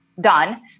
done